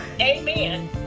amen